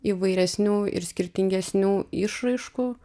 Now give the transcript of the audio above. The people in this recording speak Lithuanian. įvairesnių ir skirtingesnių išraiškų